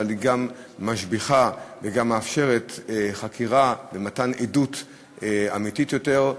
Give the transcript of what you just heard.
היא גם משביחה ומאפשרת חקירה ומתן עדות אמיתית יותר,